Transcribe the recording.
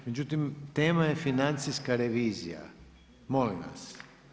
Međutim, tema je financijska revizija, molim vas.